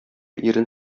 ирен